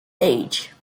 age